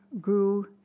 grew